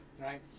Right